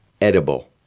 edible